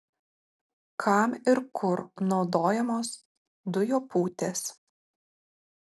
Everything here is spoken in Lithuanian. kam ir kur naudojamos dujopūtės